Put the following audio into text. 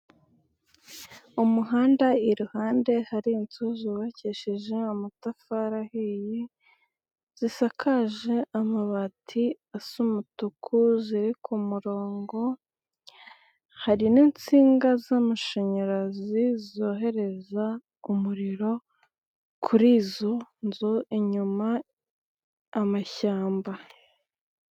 Umuhanda iruhande hari inzu zubakishijeje amatafari aheye, zisakaje amabati asa umutuku ziri ku ku murongo, hari n'insinga z'amashanyarazi zohereza umuriro, kuri izo nzu inyuma, amashyamba.